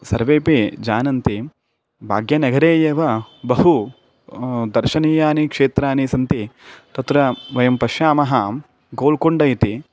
सर्वेऽपि जानन्ति भाग्यनगरे एव बहु दर्शनीयानि क्षेत्राणि सन्ति तत्र वयं पश्यामः गोल्कोण्ड इति